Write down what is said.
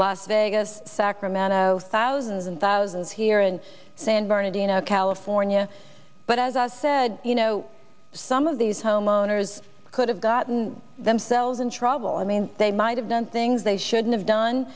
las vegas sacramento thousands and thousands here in san bernardino california but as i said you know some of these homeowners could have gotten themselves in trouble i mean they might have done things they shouldn't have done